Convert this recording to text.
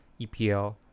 EPL